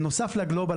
בנוסף לגלובל,